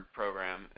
program